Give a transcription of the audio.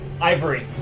Ivory